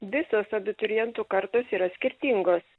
visos abiturientų kartos yra skirtingos